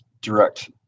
direct